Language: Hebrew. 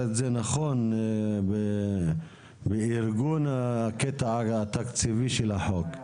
את זה נכון בארגון הקטע התקציבי של החוק.